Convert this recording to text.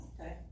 okay